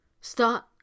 start